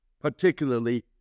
particularly